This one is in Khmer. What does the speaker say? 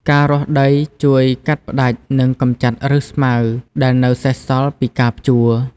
ការរាស់ដីជួយកាត់ផ្តាច់និងកម្ចាត់ឬសស្មៅដែលនៅសេសសល់ពីការភ្ជួរ។